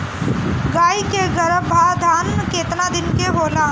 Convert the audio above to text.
गाय के गरभाधान केतना दिन के होला?